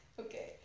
Okay